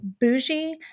bougie